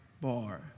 bar